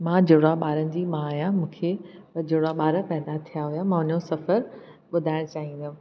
मां जुड़वा ॿारनि जी माउ आहियां मूंखे जुड़वा ॿार पैदा थिया हुआ मां हुनजो सफ़र ॿुधाएण चाहिंदमि